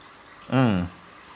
mm